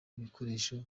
ibikoresho